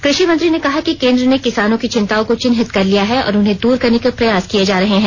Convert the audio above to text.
कृषि मंत्री ने कहा कि केंद्र ने किसानों की चिंताओं को चिन्हित कर लिया है और उन्हें दूर करने के प्रयास किए जा रहे हैं